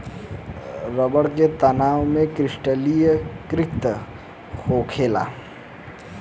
रबड़ के तनाव क्रिस्टलीकृत होखेला